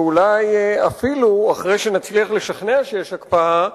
ואולי אפילו אחרי שנצליח לשכנע שיש הקפאה,